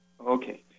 Okay